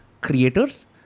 creators